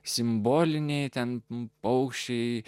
simboliniai ten paukščiai